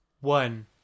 one